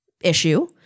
issue